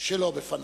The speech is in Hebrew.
שלא בפניו.